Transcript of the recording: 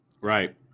Right